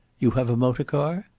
you have a motor-car?